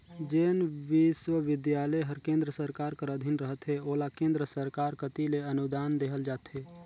जेन बिस्वबिद्यालय हर केन्द्र सरकार कर अधीन रहथे ओला केन्द्र सरकार कती ले अनुदान देहल जाथे